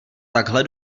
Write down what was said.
takhle